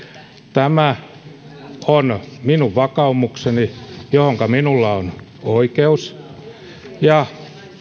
tämä on minun vakaumukseni johonka minulla on oikeus ja